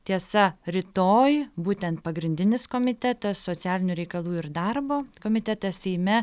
tiesa rytoj būtent pagrindinis komitetas socialinių reikalų ir darbo komitete seime